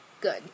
Good